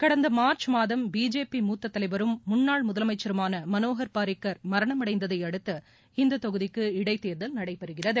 கடந்த மார்ச் மாதம் பிஜேபி மூத்த தலைவரும் முன்னாள் முதலமைச்சருமான மனோகர் பாரிக்கர் மரணமடைந்ததை அடுத்து இந்தத் தொகுதிக்கு இடைத்தேர்தல் நடைபெறுகிறது